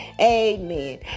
Amen